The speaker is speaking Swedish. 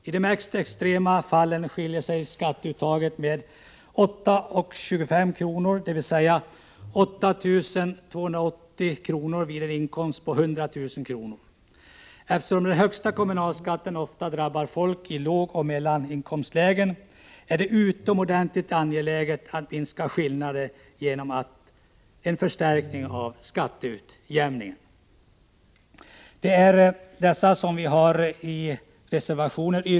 I de mest extrema fallen skiljer sig skatteuttaget med 8:28 kr., dvs. 8 280 kr. vid en inkomst på 100 000 kr. Eftersom de högsta kommunalskatterna ofta drabbar folk i lågoch medelinkomstlägen, är det utomordentligt angeläget att minska skillnaderna genom en förstärkning av skatteutjämningen. Herr talman!